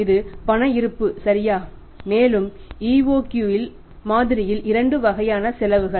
இது பண இருப்பு சரியா மேலும் EOQ மாதிரியில் இரண்டு வகையான செலவுகள்